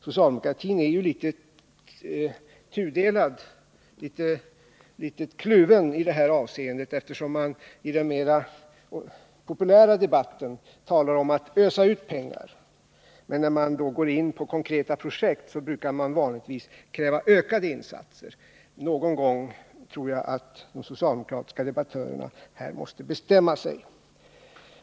Socialdemokratin är ju litet tudelad, litet kluven i det här avseendet. I den mera populära debatten talar man om att ösa ut pengar, men när man går in på konkreta projekt brukar man kräva ökade insatser. Jag tror att de socialdemokratiska debattörerna någon gång måste bestämma sig.